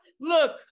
look